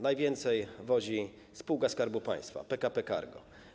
Najwięcej wwozi spółka Skarbu Państwa, PKP Cargo.